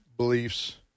beliefs